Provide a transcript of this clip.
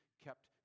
kept